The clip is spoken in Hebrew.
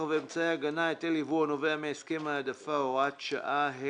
ואמצעי הגנה (היטל יבוא הנובע מהסכם העדפה)(הוראת שעה),